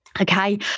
okay